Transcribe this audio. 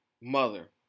mother